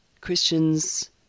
Christians